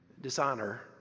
dishonor